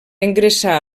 ingressar